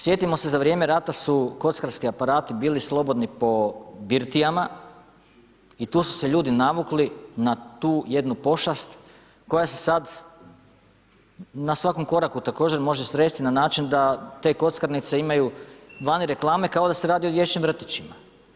Sjetimo se, za vrijeme rata su kockarski aparati bili slobodni po birtijama i tu su se ljudi navukli na tu jednu pošast koja se sada na svakom koraku, također može sresti, na način da te kockarnice imaju vani reklame kao da se radi o dječjim vrtićima.